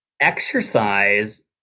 Exercise